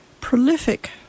prolific